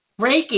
Reiki